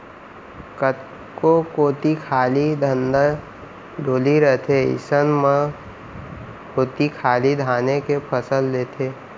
कतको कोती खाली धनहा डोली रथे अइसन म ओती खाली धाने के फसल लेथें